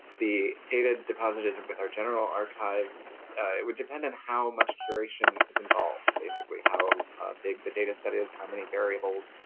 the data deposited with our general archive, it would depend on how much curation is involved. basically how big the data set is, how many variables,